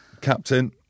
Captain